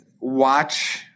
watch